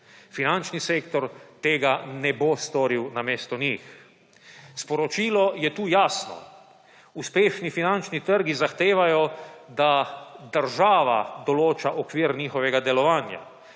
Finančni sektor tega ne bo storil namesto njih. Sporočilo je tu jasno. Uspešni finančni trgi zahtevajo, da država določa okvir njihovega delovanja.